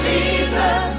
Jesus